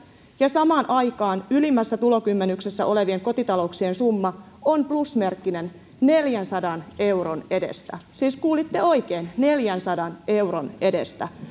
ja samaan aikaan ylimmässä tulokymmenyksessä olevien kotitalouksien summa on plusmerkkinen neljänsadan euron edestä siis kuulitte oikein neljänsadan euron edestä